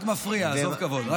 רק מפריע, עזוב כבוד.